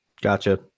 Gotcha